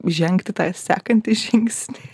žengti tą sekantį žingsnį